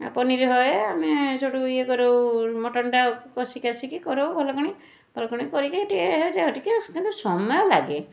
ଆଉ ପନିର୍ ହୟେ ଆମେ ସଠୁ ୟେ କରୁ ମଟନ୍ଟା କଷି କାଷିକି କରୁ ଭଲକିନି ଭଲକିନି କରିକି ଏ ଆଉ ଟିକିଏ କିନ୍ତୁ ସମୟ ଲାଗେ